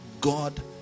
God